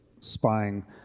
spying